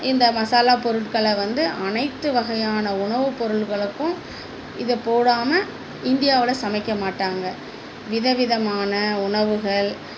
இந்த மசாலா பொருட்களை வந்து அனைத்து வகையான உணவுப் பொருள்களுக்கும் இதை போடாமல் இந்தியாவில் சமைக்க மாட்டாங்கள் விதவிதமான உணவுகள்